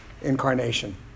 incarnation